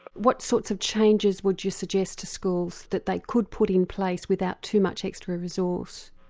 what sorts of changes would you suggest to schools that they could put in place without too much extra resource?